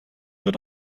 wird